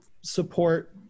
support